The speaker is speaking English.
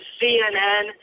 CNN